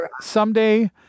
someday